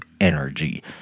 energy